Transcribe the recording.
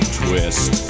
twist